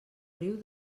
riu